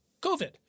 COVID